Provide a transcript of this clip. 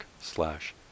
slash